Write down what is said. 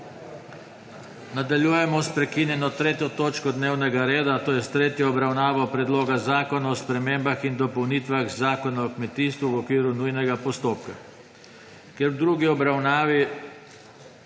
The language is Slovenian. Nadaljujemo sprekinjeno 3. točko dnevnega reda, to je s tretjo obravnavo Predloga zakona o spremembah in dopolnitvah Zakona o kmetijstvu v okviru nujnega postopka.